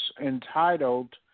entitled